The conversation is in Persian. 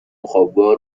وخوابگاه